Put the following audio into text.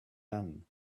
done